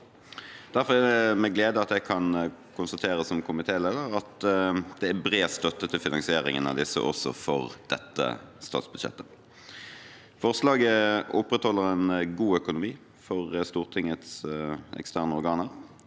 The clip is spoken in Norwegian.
Derfor er det med glede jeg kan konstatere som komitéleder at det er bred støtte til finansieringen av disse også for dette statsbudsjettet. Forslaget opprettholder en god økonomi for Stortingets eksterne organer.